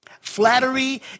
Flattery